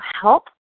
help